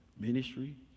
ministry